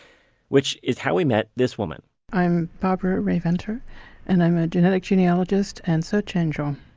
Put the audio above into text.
which is how he met this woman i'm barbara rae-venter and i'm a genetic genealogist and search angel.